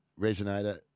resonator